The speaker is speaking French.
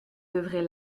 devrai